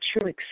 true